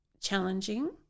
challenging